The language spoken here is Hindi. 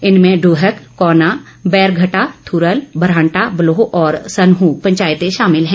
इनमें डुहक कौना बैरघटा थुरल भ्रांटा बलोह और सन्हू पंचायतें शामिल हैं